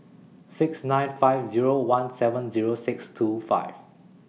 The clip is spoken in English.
six nine five Zero one seven Zero six two five